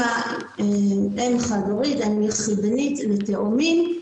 אם יחידנית לתאומים.